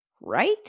right